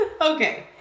Okay